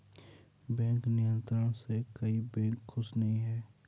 bank नियंत्रण से कई बैंक खुश नही हैं